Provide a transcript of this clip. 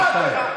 מה אתם?